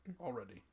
already